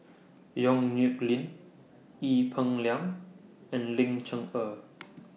Yong Nyuk Lin Ee Peng Liang and Ling Cher Eng